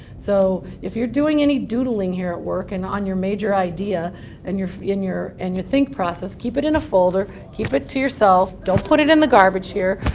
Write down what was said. so if you're doing any doodling here at work and on your major idea and in your and your think process, keep it in folder, keep it to yourself. don't put it in the garbage here,